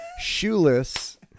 Shoeless